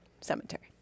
Cemetery